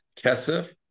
Kesef